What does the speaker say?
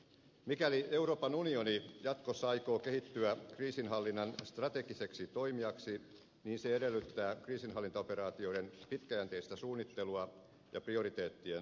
mikäli euroopan unioni jatkossa aikoo kehittyä kriisinhallinnan strategiseksi toimijaksi niin se edellyttää kriisinhallintaoperaatioiden pitkäjänteistä suunnittelua ja prioriteettien asettamista